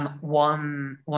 one